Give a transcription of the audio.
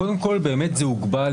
קודם כל זה הוגבל.